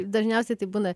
dažniausiai tai būna